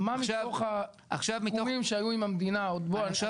מה מתוך הסיכומים שהיו עם המדינה --- עכשיו